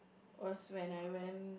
was when I went